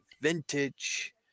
Vintage